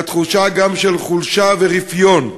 מהתחושה גם של חולשה ורפיון.